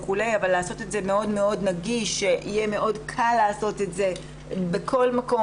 כדי לעשות את זה מאוד מאוד נגיש ושיהיה קל לעשות את זה בכל מקום,